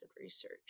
research